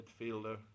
midfielder